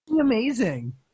Amazing